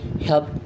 help